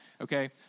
Okay